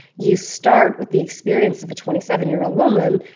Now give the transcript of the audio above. you start with the experience of a twenty seven year old woman.